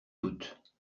toutes